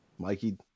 mikey